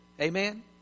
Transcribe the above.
Amen